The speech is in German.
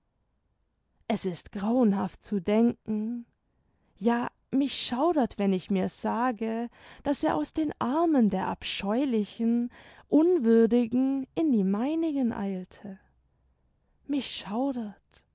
es ist grauenhaft zu denken ja mich schaudert wenn ich mir sage daß er aus den armen der abscheulichen unwürdigen in die meinigen eilte mich schaudert